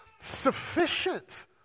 sufficient